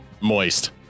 Moist